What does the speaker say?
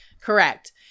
Correct